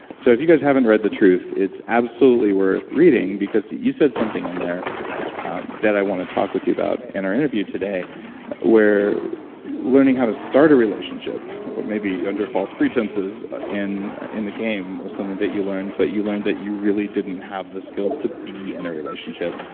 so if you guys haven't read the truth, it's absolutely worth reading because you said something in there that i want to talk with you about in our interview today where learning how to start a relationship, maybe under false pretenses in in the game, was something that you learned, but you learned that you really didn't have the skills to be in a relationship,